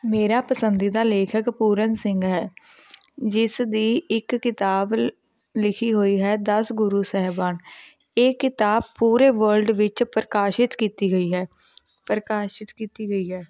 ਮੇਰਾ ਪਸੰਦੀਦਾ ਲੇਖਕ ਪੂਰਨ ਸਿੰਘ ਹੈ ਜਿਸ ਦੀ ਇੱਕ ਕਿਤਾਬ ਲਿਖੀ ਹੋਈ ਹੈ ਦਸ ਗੁਰੂ ਸਾਹਿਬਾਨ ਇਹ ਕਿਤਾਬ ਪੂਰੇ ਵਰਲਡ ਵਿੱਚ ਪ੍ਰਕਾਸ਼ਿਤ ਕੀਤੀ ਗਈ ਹੈ ਪ੍ਰਕਾਸ਼ਿਤ ਕੀਤੀ ਗਈ ਹੈ